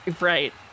right